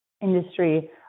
industry